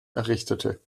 errichtete